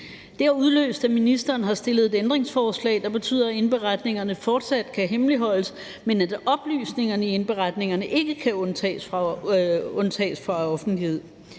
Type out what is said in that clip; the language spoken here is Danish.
Det har udløst, at ministeren har stillet et ændringsforslag, der betyder, at indberetningerne fortsat kan hemmeligholdes, men at netop oplysningerne i indberetningerne ikke kan undtages fra offentlighed.